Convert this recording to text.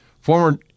Former